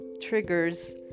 triggers